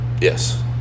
Yes